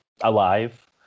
alive